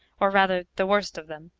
or rather the worst of them.